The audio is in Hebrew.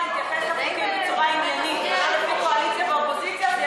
תתחילו בוועדת השרים לחקיקה להתייחס לחוקים